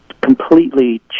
completely